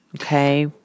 Okay